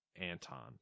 Anton